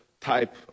type